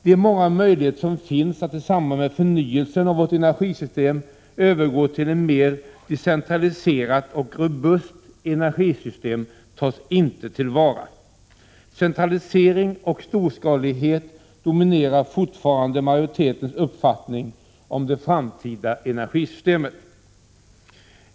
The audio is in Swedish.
De många möjligheter som finns att i samband med förnyelsen av vårt energisystem övergå till ett mer decentraliserat och robust energisystem tas inte till vara. Centralisering och storskalighet dominerar fortfarande majoritetens uppfattning om det framtida energisystemet.